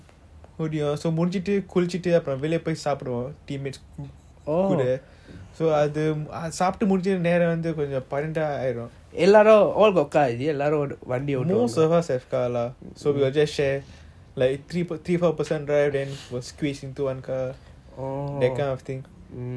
teammates கூட அது சாப்பிட்டு முடிஞ்சி அது நேரம் பன்னண்டு ஆயிடும்:kooda athu saptu mudinji athu neram panandu aayedum most of us have car lah so we will just share like three four person drive then all squeeze into one car that kind of thing usually